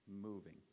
moving